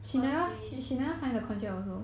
is she still working there